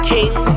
King